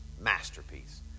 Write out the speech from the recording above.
masterpiece